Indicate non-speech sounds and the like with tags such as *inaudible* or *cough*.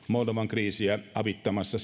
kriisiä avittamassa *unintelligible*